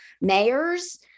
mayors